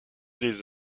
des